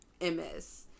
ms